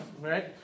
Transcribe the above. right